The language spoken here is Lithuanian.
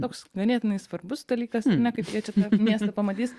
toks ganėtinai svarbus dalykas kaip jie čia miestą pamatys